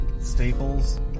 staples